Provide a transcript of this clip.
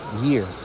year